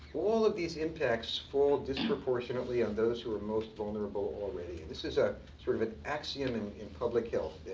all of these impacts fall disproportionately on those who are most vulnerable already. and this is ah sort of an axiom and in public health.